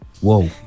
whoa